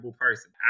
person